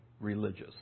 religious